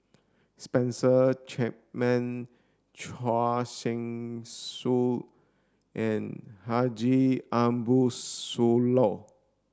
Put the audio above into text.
Spencer Chapman Choor Singh Sidhu and Haji Ambo Sooloh